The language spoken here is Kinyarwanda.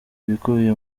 ibikubiye